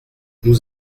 nous